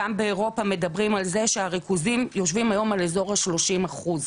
גם באירופה מדברים על זה שהריכוזים יושבים היום על אזור ה-30 אחוז.